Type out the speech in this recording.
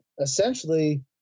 essentially